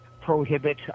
prohibit